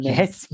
Yes